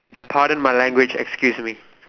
pardon my language excuse me